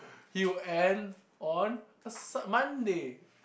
he will end on a s~ Monday